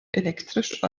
elektrisch